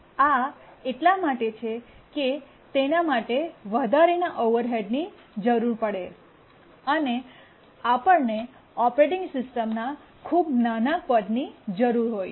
આ એટલા માટે છે કે તેના માટે વધારાના ઓવરહેડની જરૂર પડે અને આપણ ને ઓપરેટિંગ સિસ્ટમના ખૂબ નાના કદની જ જરૂર હોય છે